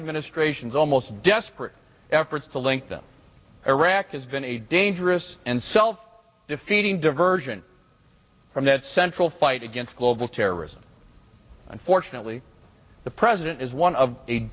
administration's almost desperate efforts to link them iraq has been a dangerous and self defeating diversion from that central fight against global terrorism unfortunately the president is one of